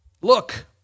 look